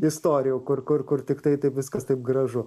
istorijų kur kur kur tiktai taip viskas taip gražu